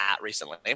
recently